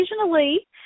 occasionally